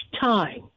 time